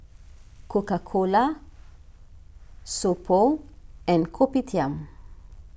Coca Cola So Pho and Kopitiam